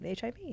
HIV